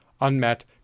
unmet